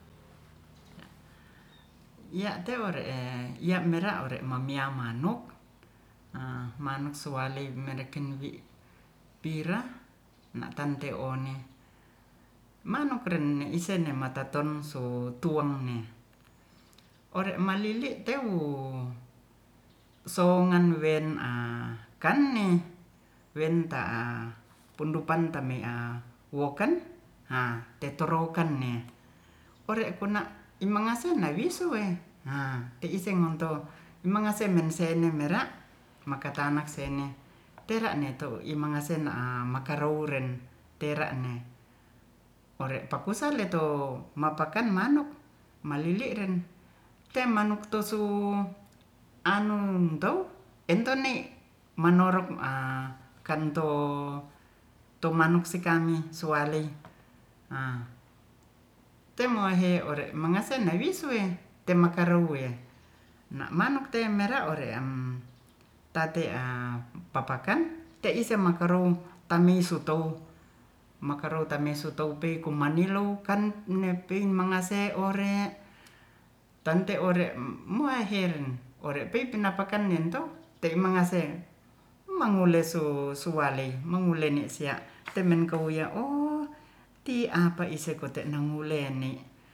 ta tewo reen ya werame wiya mera' manuk a manuk semeliwerekin wi pira na' tante one manuk ren neisemataton so tuang ne orek malili teyou songan wen a kanne wenta'a pundupanta me'a woken ha tetoroken ne ore kona' imanggasihnawi sue ha teiseng wonto imangensengge-sengge wera makatanak sengge ter'netu imanggasen na'a makarowuren tera'ne ore pakusa leto mapaken manuk malili ren kemanuk tosu anung towu entone manorok a kanto tumanuksikami sowalei a temohe ore mangasen nawi'sue temakarowue na'manuk temera oreaam tatean papakan te'ise makarou tamisutou- pe kumanilowkan ne'pi mangase ore tante ore mu'aiheren ore pei napakan nentou tei mangase mangulesus suale mangule'ne sia temen ko ya'o ti apa ise kote nangulene